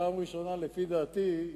בפעם הראשונה לפי דעתי,